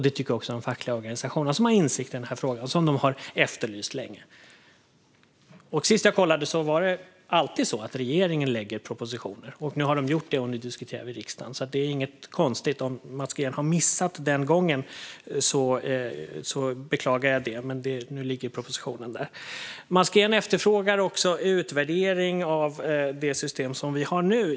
Det tycker också de fackliga organisationerna, som har insikt i frågan - de har efterlyst detta länge. Sist jag kollade var det så att det alltid är regeringen som lägger fram propositioner. Nu har man lagt fram en proposition, och den diskuterar vi i riksdagen. Det är inte konstigt. Om Mats Green har missat den gången beklagar jag det, men nu ligger propositionen på bordet. Mats Green efterfrågar också en utvärdering av det system som finns nu.